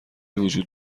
وجود